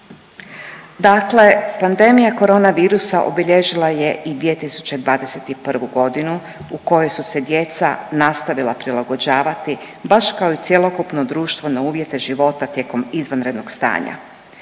Dakle, pandemija corona virusa obilježila je i 2021. godinu u kojoj su se djeca nastavila prilagođavati baš kao i cjelokupno društvo na uvjete života tijekom izvanrednog stanja.